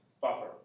buffer